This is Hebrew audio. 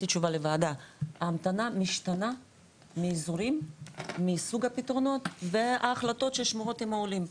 שההמתנה משתנה מאזורים מסוג הפתרונות וההחלטות ששמורות עם העולים.